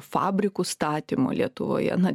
fabrikų statymo lietuvoje na